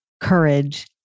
courage